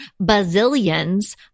bazillions